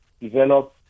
develop